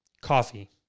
Coffee